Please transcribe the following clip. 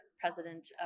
president